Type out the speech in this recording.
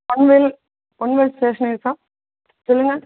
பொன் Vel Pon Vel stationery shop சொல்லுங்கள்